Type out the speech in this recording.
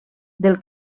del